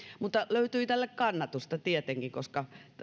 mutta löytyi tälle kannatusta tietenkin koska